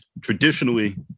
Traditionally